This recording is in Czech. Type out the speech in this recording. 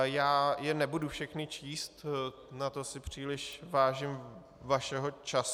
Já je nebudu všechny číst, na to si příliš vážím vašeho času.